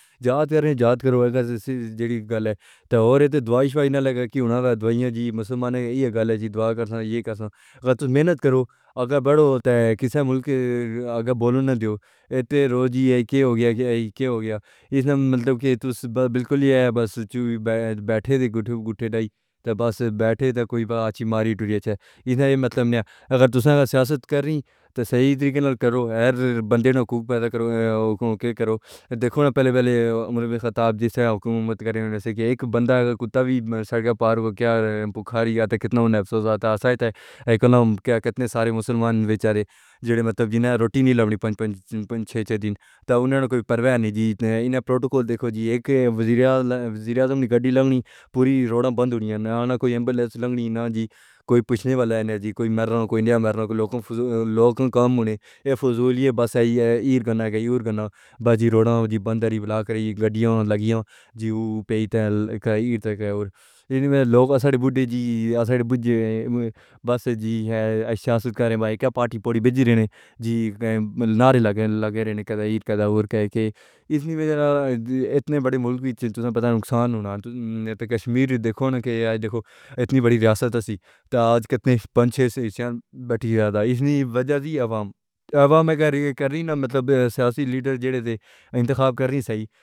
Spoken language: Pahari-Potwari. یاد کرں جات کرو اگر صرف جیہی گَلّ ہے، تاں اور دُعاہِش نہ لے کر کہ اُنہوں نے دوائیاں جی۔ مسلمان ہی ہے۔ گالی دعا کرتا ہے۔ ایہ محنت کرو۔ اگر او کِسے مُلک دا بولنا نہیں ہو۔ روزی دے ہو گیا۔ کے ہو گیا اِس مطلب کے تاں بالکل ہی بس بیٹھے دیکھو۔ گُٹھے دائی تاں بس بیٹھے سن۔ کوئی وی اچھی مری تاں ایہ مطلب نہیں ہے۔ اگر تُساں سیاست کرں تاں صحیح طریقے نال کرو۔ ہر بندے نے خوب پیدا کرو۔ اوکے کرو۔ دیکھو نا پہلے پہلے مُربّی خطاب جیسے حکومت کرں جیسے کہ اک بندہ کُتا وی سڑک پار کیا؟ بخاری آتے کِنّے افسوس آندا ہے۔ قلم کِنّے سارے مسلمان بیچارے جو مطلب ایہ روٹی نہیں لگی۔ پنج پنج، پنج چھہ دین تاں اُنہاں نے کوئی پرواہ نہیں۔ جتنے پروٹوکول دیکھو جی اک۔ وزیرے وزیرے آدم دی گڈّی لگّݨی۔ پوری روڈ بند ہونیاں نہ کوئی ایمبولینس لگّݨی نہ جی کوئی پُچھݨ والا ہے نہ جی کوئی مارنا کوئی انڈیا میرج دے لوکل لوکاں دا من۔ فضولی ہے بس ایں۔ کَنہایا یو کَنہایا۔ بس جی روڈ جی بندری بلیک۔ نزدیک گاڑیاں لگیاں ہِن۔ جی پیٹ تاں اور لوک۔ سارے بُڈّھے جی سارے بُزے بس جی ہے۔ سیاست کرں با۔ اک پارٹی پورٹی بجھی ہے۔ جی نعرے لگاؤ لگاؤ رہݨ دا ایہ کدّار دے اِتنی میجر اِتنے وڈے مُلک کوں پتا نقصان ہوݨا۔ تاں کشمیر دیکھو نا کہ اج دیکھو اِتنی وڈی ریاست سی تاں اج کِنّے پنج چھہ حِصّیاں وچ بٹی ہوئی ہے۔ وجہ ایہ عوام عوام اگر کرں گے نا مطلب۔ سیاسی لیڈر جو اِنتیخاب کرں گے، صحیح؟